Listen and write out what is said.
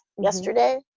yesterday